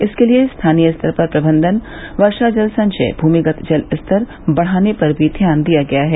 इसके लिए स्थानीय स्तर पर प्रबंधन वर्षा जल संचय भूमिगत जल का स्तर बढ़ाने पर भी ध्यान दिया गया है